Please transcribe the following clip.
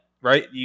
right